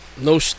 No